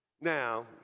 now